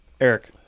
Eric